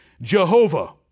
Jehovah